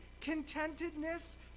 contentedness